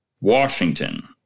Washington